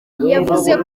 yavuze